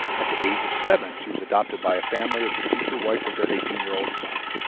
at the age of seven she was adopted by a family as the future wife of their eighteen-year-old son.